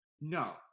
No